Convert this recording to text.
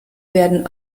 werden